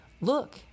Look